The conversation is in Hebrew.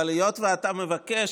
אבל היות שאתה מבקש,